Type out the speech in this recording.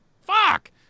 fuck